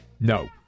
No